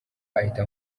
ahita